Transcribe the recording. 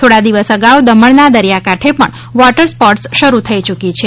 થોડા દિવસ અગાઉ દમણના દરિયાકાંઠે પણ વોટર સ્પોર્ટસ શરૂ થઇ ચૂકી છે